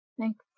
Thanks